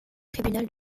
tribunal